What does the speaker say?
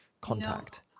contact